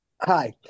Hi